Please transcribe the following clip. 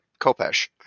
Kopesh